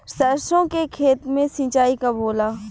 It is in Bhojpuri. सरसों के खेत मे सिंचाई कब होला?